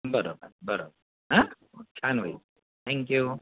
बरोबर बरोबर हं छान होईल थँक्यू